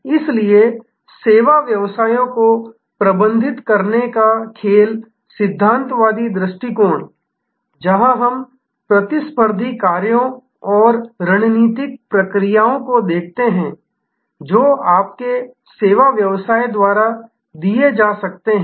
इसलिए सेवा व्यवसायों को प्रबंधित करने का खेल सिद्धांतवादी दृष्टिकोण जहां हम प्रतिस्पर्धी कार्यों और रणनीतिक प्रतिक्रियाओं को देखते हैं जो आपके सेवा व्यवसाय द्वारा दिए जा सकते हैं